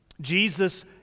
Jesus